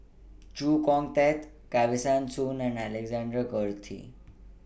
Chee Kong Tet Kesavan Soon and Alexander Guthrie